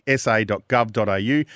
sa.gov.au